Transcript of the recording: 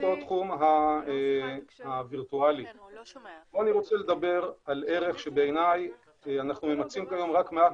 אני רוצה לדבר על ערך שאנחנו ממצים כרגע רק מעט